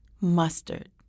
Mustard